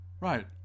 Right